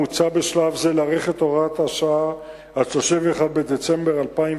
מוצע בשלב זה להאריך את הוראת השעה עד 31 בדצמבר 2010